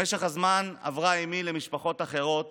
במשך הזמן עברה אימי למשפחות אחרות